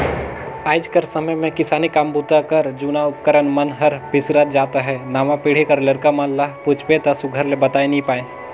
आएज कर समे मे किसानी काम बूता कर जूना उपकरन मन हर बिसरत जात अहे नावा पीढ़ी कर लरिका मन ल पूछबे ता सुग्घर ले बताए नी पाए